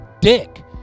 dick